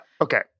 okay